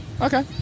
okay